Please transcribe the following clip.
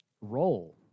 role